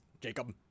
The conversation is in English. Jacob